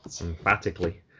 emphatically